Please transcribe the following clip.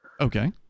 Okay